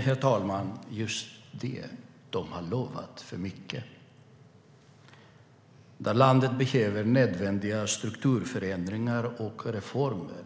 Herr talman! De har lovat för mycket. Landet behöver nödvändiga strukturförändringar och reformer.